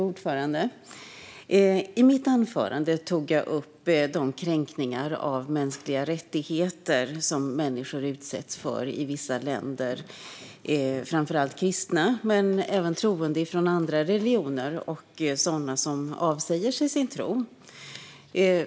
Fru talman! I mitt anförande tog jag upp de kränkningar av mänskliga rättigheter som människor utsätts för i vissa länder, framför allt kristna men även troende från andra religioner och sådana som avsäger sig sin tro.